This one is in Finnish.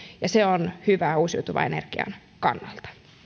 ja se on hyvä uusiutuvan energian kannalta